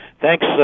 thanks